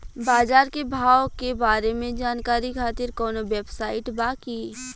बाजार के भाव के बारे में जानकारी खातिर कवनो वेबसाइट बा की?